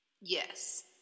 Yes